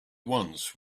once